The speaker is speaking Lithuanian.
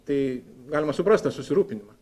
tai galima suprast tą susirūpinimą